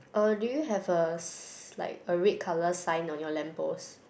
uh do you have a s~ like a red colour sign on your lamppost